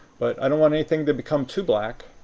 but i don't want anything to become too black.